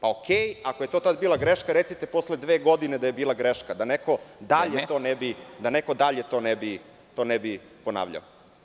Dobro, ako je to tad bila greška, recite posle dve godine da je bila greška, da neko dalje to ne bi ponavljao.